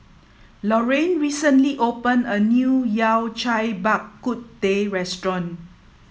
Lorine recently opened a new Yao Cai Bak Kut Teh Restaurant